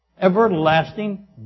Everlasting